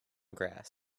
grass